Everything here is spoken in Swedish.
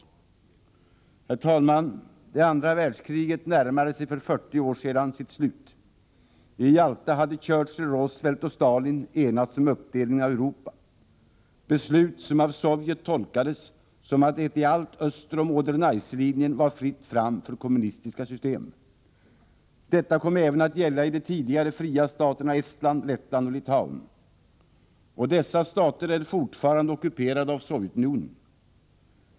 Herr talman! Det andra världskriget närmade sig för 40 år sedan sitt slut. I Jalta hade Churchill, Roosevelt och Stalin enats om uppdelningen av Europa — beslut som av Sovjet tolkades som att det i allt öster om Oder-Neisse-linjen var fritt fram för kommunistiska system. Detta kom att gälla även i de tidigare fria staterna Estland, Lettland och Litauen. Och dessa stater är fortfarande ockuperade av Sovjetunionen.